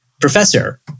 Professor